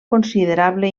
considerable